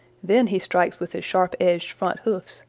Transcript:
then he strikes with his sharp-edged front hoofs,